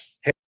Hey